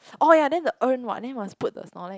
oh ya then the urn what then must put the Snorlax